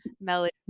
melody